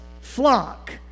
flock